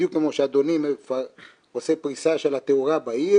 בדיוק כמו שאדוני עושה פריסה של התאורה בעיר